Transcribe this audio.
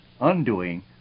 undoing